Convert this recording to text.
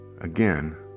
Again